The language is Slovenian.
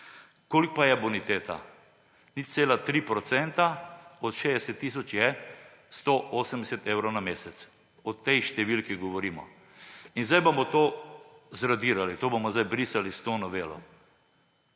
koliko je boniteta? 0,3 % od 60 tisoč je 180 evrov na mesec. O tej številki govorimo. In zdaj bomo to zradirali, to bomo zdaj brisali s to novelo.